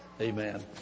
Amen